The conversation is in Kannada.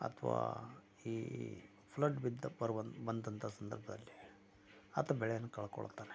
ಅಥವಾ ಈ ಫ್ಲಡ್ ಬಿದ್ದ ಬರುವ ಬಂದಂತ ಸಂದರ್ಭದಲ್ಲಿ ಆತ ಬೆಳೆಯನ್ನು ಕಳಕೊಳ್ತಾನೆ